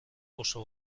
oso